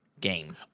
game